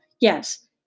yes